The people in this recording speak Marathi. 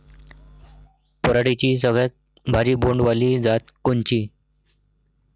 पराटीची सगळ्यात भारी बोंड वाली जात कोनची?